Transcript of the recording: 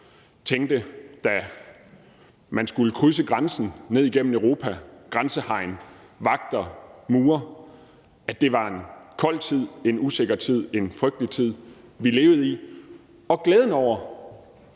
og tænkte – når man skulle krydse grænsen og køre ned igennem Europa med grænsehegn, vagter og mure – at det var en kold tid, en usikker tid, en frygtelig tid, vi levede i. Og jeg husker